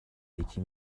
یکی